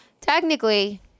technically